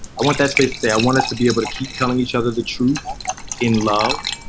i want that space to say, i want us to be able to keep telling each other the truth in love,